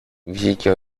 βγήκε